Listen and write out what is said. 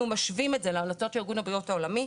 משווים את זה להמלצות של ארגון הבריאות העולמי,